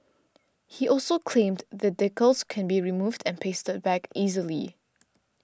he also claimed the decals can be removed and pasted back easily